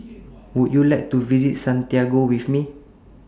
Would YOU like to visit Santiago with Me